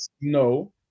No